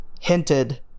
hinted